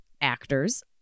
actors